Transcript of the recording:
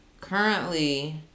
currently